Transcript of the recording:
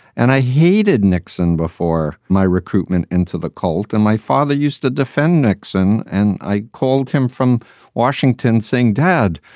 and i hated nixon before my recruitment into the cult. and my father used to defend nixon. and i called him from washington saying, dad,